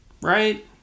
right